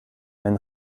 ein